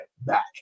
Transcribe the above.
back